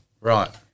Right